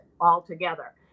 altogether